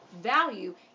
value